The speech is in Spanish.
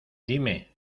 dime